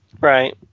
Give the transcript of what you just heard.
Right